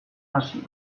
hasi